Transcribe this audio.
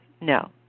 No